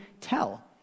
tell